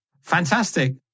Fantastic